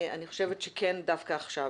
אני חושבת שכן דווקא עכשיו.